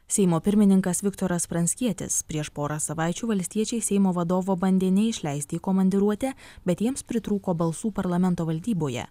seimo pirmininkas viktoras pranckietis prieš porą savaičių valstiečiai seimo vadovo bandė neišleisti į komandiruotę bet jiems pritrūko balsų parlamento valdyboje